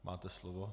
Máte slovo.